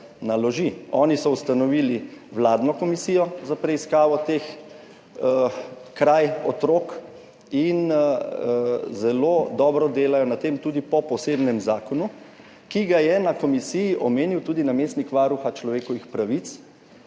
naloži. Oni so ustanovili vladno komisijo za preiskavo teh kraj otrok in zelo dobro delajo na tem, tudi po posebnem zakonu, ki ga je na komisiji omenil tudi namestnik Varuha človekovih pravic,